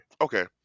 Okay